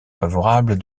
favorable